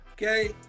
Okay